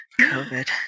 COVID